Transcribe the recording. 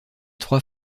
trois